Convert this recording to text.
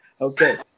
okay